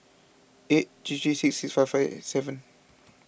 eight three three six six five five seven